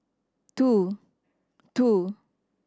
two two